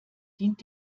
dient